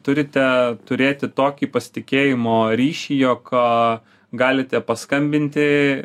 turite turėti tokį pasitikėjimo ryšį jog galite paskambinti